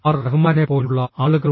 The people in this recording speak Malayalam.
റഹ്മാനെപ്പോലുള്ള ആളുകളുണ്ട്